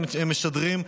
הם משדרים,